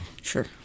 Sure